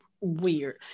weird